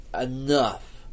enough